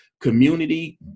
Community